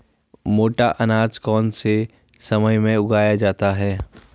मोटा अनाज कौन से समय में उगाया जाता है?